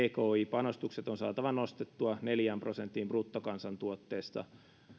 panostukset on saatava nostettua neljään prosenttiin bruttokansantuotteesta